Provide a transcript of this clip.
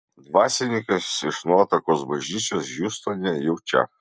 dvasininkas iš nuotakos bažnyčios hjustone jau čia